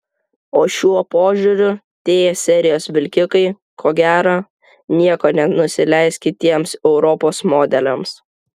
o šiuo požiūriu t serijos vilkikai ko gero niekuo nenusileis kitiems europos modeliams